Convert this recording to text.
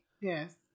Yes